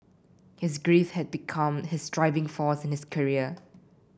his grief had become his driving force in his career